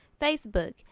Facebook